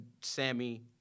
Sammy